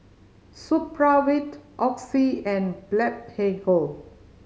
Supravit Oxy and Blephagel